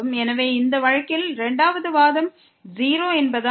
எனவே இந்த வழக்கில் இரண்டாவது வாதம் 0 என்பதால் இது Δx→0ஆகும்